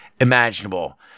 imaginable